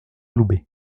loubet